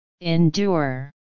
endure